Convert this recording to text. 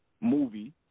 movie